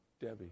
Debbie